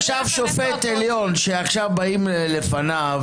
שופט עליון שעכשיו באים לפניו,